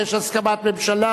כי יש הסכמת ממשלה.